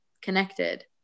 connected